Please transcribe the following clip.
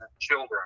children